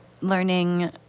learning